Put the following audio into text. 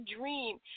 dream